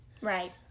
Right